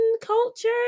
culture